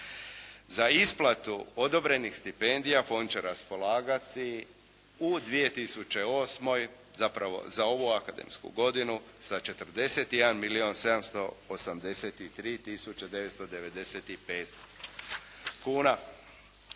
Za isplatu odobrenih stipendija, on će raspolagati u 2008., zapravo za ovu akademsku godinu sa 41 milijun